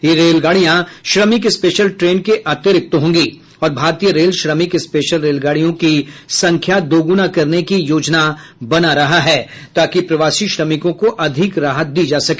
ये रेलगाड़ियां श्रमिक स्पेशल ट्रेन के अतिरिक्त होंगी और भारतीय रेल श्रमिक स्पेशल रेलगाड़ियों की संख्या दोगुना करने की योजना बना रहा है ताकि प्रवासी श्रमिकों को अधिक राहत दी जा सके